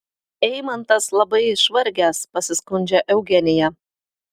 eimantas labai išvargęs pasiskundžia eugenija